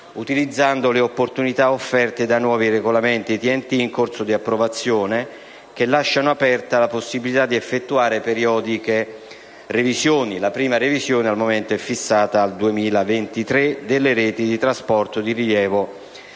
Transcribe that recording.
utilizzando le opportunità offerte dai nuovi regolamenti TEN-T in corso di approvazione che lasciano aperta la possibilità di effettuare periodiche revisioni ‑ la prima, al momento, è fissata al 2023 - delle reti di trasporto di rilievo